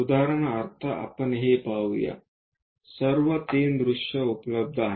उदाहरणार्थ आपण हे पाहूया सर्व 3 दृश्ये उपलब्ध आहेत